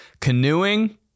Canoeing